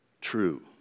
true